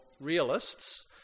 realists